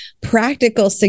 practical